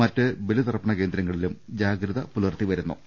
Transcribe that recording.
മറ്റ് ബലിതർപ്പണ കേന്ദ്രങ്ങളിലും ജാഗ്രത പുലർത്തു ന്നുണ്ട്